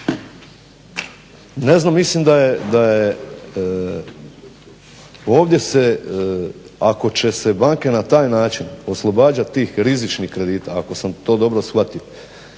Ne znam, mislim da je ovdje se ako će se banke na taj način oslobađat tih rizičnih kredita, ako sam to dobro shvatio